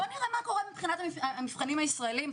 בואו נראה מה קורה מבחינת המבחנים הישראליים.